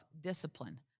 discipline